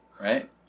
right